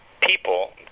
people